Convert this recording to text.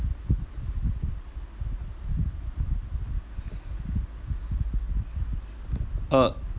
uh